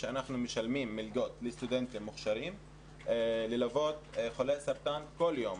אנחנו משלמים מלגות לסטודנטים מוכשרים ללוות חולי סרטן כל יום,